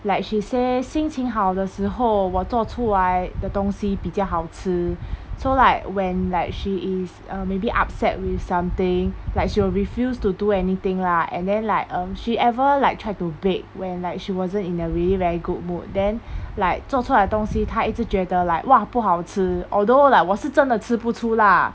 like she says 心情好的时候我做出来的东西比较好吃 so like when like she is um maybe upset with something like she will refuse to do anything lah and then like um she ever like try to bake when like she wasn't in a really very good mood then like 做出来东西她一直觉得 like !wah! 不好吃 although like 我是真的吃不出 lah